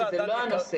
שזה לא הנושא,